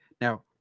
now